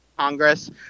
Congress